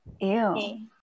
Ew